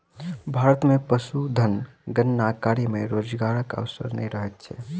भारत मे पशुधन गणना कार्य मे रोजगारक अवसर नै रहैत छै